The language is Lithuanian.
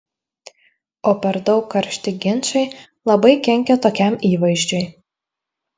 o per daug karšti ginčai labai kenkia tokiam įvaizdžiui